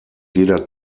jeder